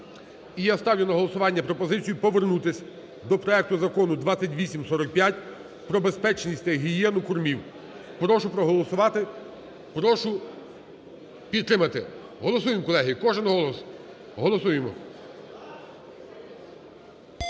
І я ставлю на голосування пропозицію повернутись до проекту Закону (2845) про безпечність та гігієну кормів. Прошу проголосувати, прошу підтримати. Голосуємо, колеги, кожен голос, голосуємо.